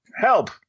Help